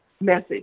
message